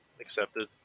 Accepted